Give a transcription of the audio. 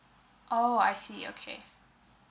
oh I see okay